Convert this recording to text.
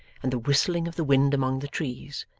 and the whistling of the wind among the trees.